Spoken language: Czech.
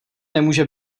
nemůže